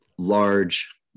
Large